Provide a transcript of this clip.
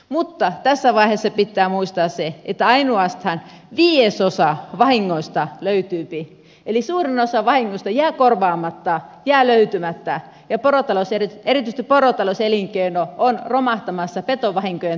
mutta tässä vaiheessa pitää muistaa se että ainoastaan viidesosa vahingoista löytyypi eli suurin osa vahingoista jää korvaamatta jää löytymättä ja erityisesti porotalouselinkeino on romahtamassa petovahinkojen takia